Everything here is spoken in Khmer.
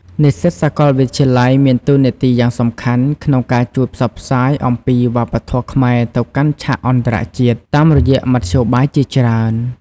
និស្សិតសាកលវិទ្យាល័យមានតួនាទីយ៉ាងសំខាន់ក្នុងការជួយ ផ្សព្វផ្សាយអំពីវប្បធម៌ខ្មែរទៅកាន់ឆាកអន្តរជាតិ តាមរយៈមធ្យោបាយជាច្រើន។